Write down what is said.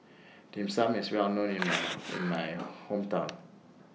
Dim Sum IS Well known in My in My Hometown